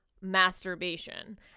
masturbation